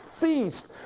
feast